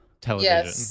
television